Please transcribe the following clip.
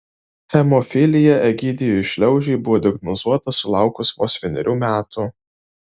hemofilija egidijui šliaužiui buvo diagnozuota sulaukus vos vienerių metų